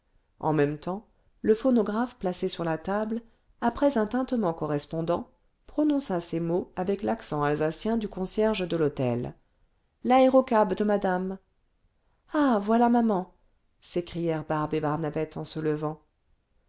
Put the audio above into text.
en même temps le phonographe placé sur la table après un tintement correspondant prononça ces mots avec l'accent alsacien du concierge de l'hôtel l'aérocab de madame ah pvoilà maman s'écrièrent barbe et barnabette en se levant